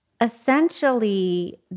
essentially